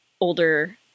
older